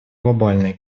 глобальные